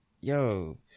Yo